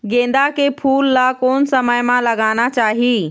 गेंदा के फूल ला कोन समय मा लगाना चाही?